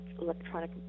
electronic